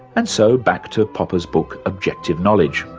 and so back to popper's book, objective knowledge,